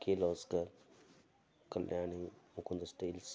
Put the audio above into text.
Kirloskar Kalyani Mukund steels